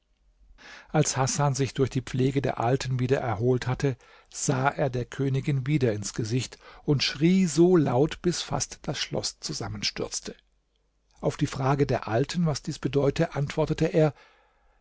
als hasan sich durch die pflege der alten wieder erholt hatte sah er der königin wieder ins gesicht und schrie so laut das fast das schloß zusammenstürzte auf die frage der alten was dies bedeute antwortete er